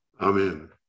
Amen